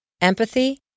empathy